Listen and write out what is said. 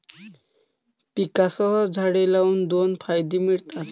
पिकांसह झाडे लावून दोन फायदे मिळतात